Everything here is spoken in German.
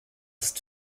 ist